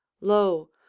lo,